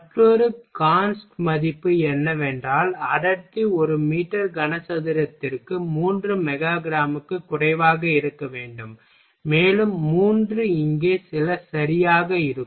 மற்றொரு கான்ஸ்ட் மதிப்பு என்னவென்றால் அடர்த்தி ஒரு மீட்டர் கனசதுரத்திற்கு 3 மெகா கிராமுக்கு குறைவாக இருக்க வேண்டும் மேலும் மூன்று இங்கே சில சரியாக இருக்கும்